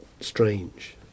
strange